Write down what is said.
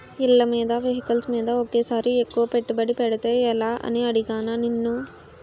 ఇళ్ళమీద, వెహికల్స్ మీద ఒకేసారి ఎక్కువ పెట్టుబడి పెడితే ఎలా అని అడిగానా నిన్ను